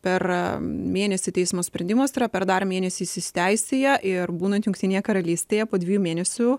per mėnesį teismo sprendimas yra per dar mėnesį jis įsiteisėja ir būnant jungtinėje karalystėje po dviejų mėnesių